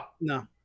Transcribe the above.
No